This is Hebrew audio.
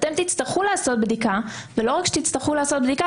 אתם תצטרכו לעשות בדיקה ולא רק שתצטרכו לעשות בדיקה